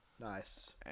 Nice